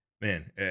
man